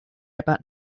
about